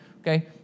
okay